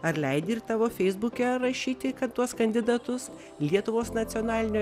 ar leidi ir tavo feisbuke rašyti kad tuos kandidatus lietuvos nacionalinio